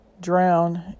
drown